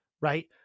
Right